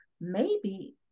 Maybe-